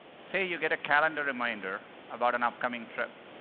say you get a calendar reminder about an upcoming trip.